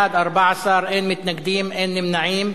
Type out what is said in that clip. בעד, 14, אין מתנגדים, אין נמנעים.